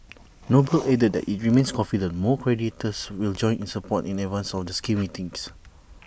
noble added that IT remains confident more creditors will join in support in advance of the scheme meetings